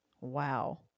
Wow